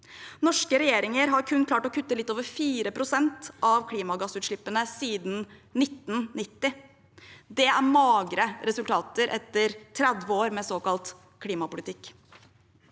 Norske regjeringer har kun klart å kutte litt over 4 pst. av klimagassutslippene siden 1990. Det er magre resultater etter 30 år med såkalt klimapolitikk.